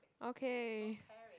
okay